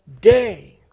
day